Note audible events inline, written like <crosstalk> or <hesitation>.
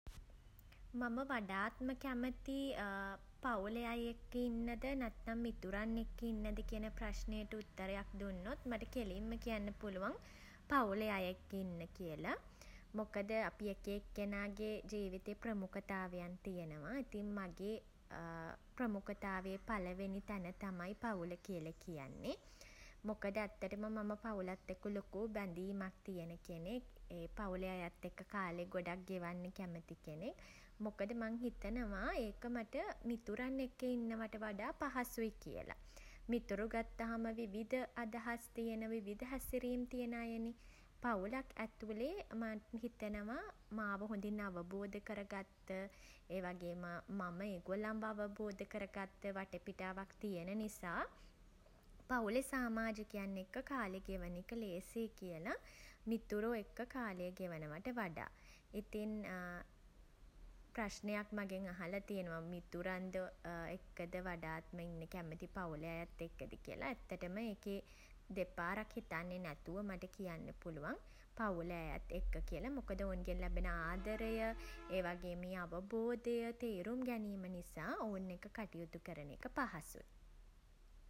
මම වඩාත්ම කැමති <hesitation> පවුලේ අය එක්ක ඉන්නද නැත්නම් මිතුරන් එකක ඉන්නද කියන ප්‍රශ්නෙට උත්තරයක් දුන්නොත් මට කෙළින්ම කියන්න පුළුවන් පවුලේ අය එක්ක ඉන්න කියල. මොකද <hesitation> අපි එක එක්කෙනාගේ <hesitation> ජීවිතයේ ප්‍රමුඛතාවයන් තියෙනවා. ඉතින් මගේ <hesitation> ප්‍රමුඛතාවයේ පළවෙනි තැන තමයි පවුල කියලා කියන්නේ. මොකද ඇත්තටම මම පවුලත් එක්ක ලොකු බැඳීමක් තියෙන කෙනෙක්. ඒ පවුලේ අයත් එක්ක කාලේ ගොඩක් ගෙවන්න කැමති කෙනෙක්. මොකද මං හිතනවා ඒක මට <hesitation> මිතුරන් එක්ක ඉන්නවට වඩා පහසුයි කියල. මිතුරෝ ගත්තහම විවිධ අදහස් තියෙන විවිධ හැසිරීම් තියෙන අයනෙ. පවුලක් ඇතුලේ <hesitation> මං හිතනවා <hesitation> මාව හොඳින් අවබෝධ කරගත්ත <hesitation> ඒ වගේම <hesitation> මම ඒගොල්ලන්ව අවබෝධ කරගත්ත වටපිටාවක් තියෙන නිසා <hesitation> පවුලෙ සාමාජිකයන් එක්ක කාලෙ ගෙවන එක ලේසියි කියල මිතුරෝ <hesitation> එක්ක කාලය ගෙවනවාට වඩා. ඉතින් <hesitation> ප්‍රශ්නයක් මගෙන් අහලා තියෙනවා, මිතුරන් එක්කද වඩාත්ම ඉන්න කැමති පවුලේ අයත් එක්කද කියලා. ඇත්තටම <hesitation> ඒකෙ <hesitation> දෙපාරක් හිතන්නේ නැතුව මට කියන්න පුළුවන් පවුලේ අයත් එක්ක කියලා. මොකද ඔවුන්ගෙන් ලැබෙන ආදරය <noise> <hesitation> ඒ වගේම ඒ අවබෝධය <hesitation> තේරුම් ගැනීම නිසා ඔවුන් එක්ක කටයුතු කරන එක පහසුයි.